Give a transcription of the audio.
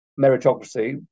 meritocracy